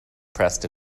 pressed